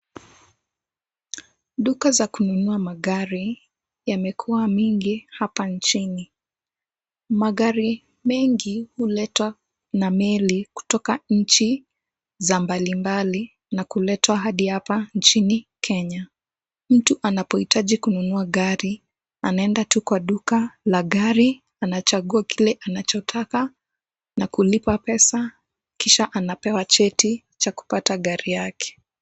Duka za kununua magari yamekuwa mengi hapa nchini. Magari mengi huletwa na meli kutoka nchi za mbalimbali na kuletwa hadi hapa nchini Kenya. Mtu anapohitaji kununua gari anaenda tu kwa duka la gari anachagua kile anachotaka na kulipa pesa kisha anapewa cheti cha kupata gari yake.